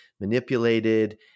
manipulated